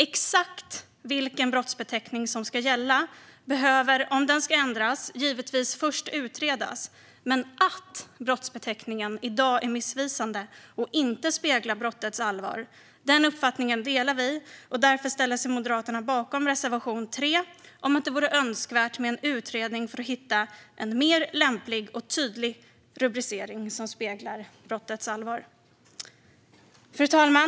Exakt vilken brottsbeteckning som ska gälla behöver, om den ska ändras, givetvis först utredas, men uppfattningen att brottsbeteckningen i dag är missvisande och inte speglar brottets allvar delar vi. Därför ställer sig Moderaterna bakom reservation 3 om att det vore önskvärt med en utredning för att hitta en mer lämplig och tydlig rubricering som speglar brottets allvar. Fru talman!